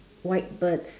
white birds